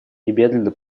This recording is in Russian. немедленно